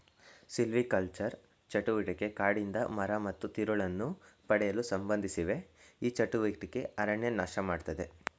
silvicultural ಚಟುವಟಿಕೆ ಕಾಡಿಂದ ಮರ ಮತ್ತು ತಿರುಳನ್ನು ಪಡೆಯಲು ಸಂಬಂಧಿಸಿವೆ ಈ ಚಟುವಟಿಕೆ ಅರಣ್ಯ ನಾಶಮಾಡ್ತದೆ